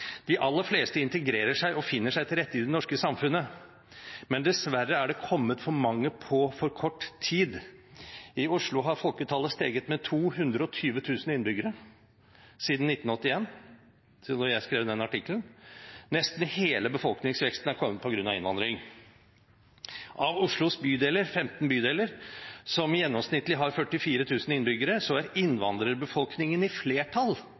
De alle fleste integrerer seg og finner seg til rette i det norske samfunnet. Men dessverre har det kommet for mange på for kort tid. I Oslo har folketallet steget med 220 000 innbyggere siden 1981, da jeg skrev den artikkelen. Nesten hele befolkningsveksten har kommet på grunn av innvandring. I Oslos 15 bydeler, som gjennomsnittlig har 44 000 innbyggere, er innvandrerbefolkningen i flertall